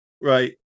right